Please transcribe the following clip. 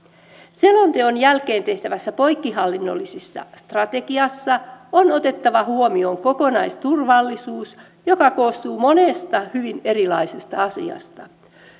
selonteon jälkeen tehtävässä poikkihallinnollisessa strategiassa on otettava huomioon kokonaisturvallisuus joka koostuu monesta hyvin erilaisesta asiasta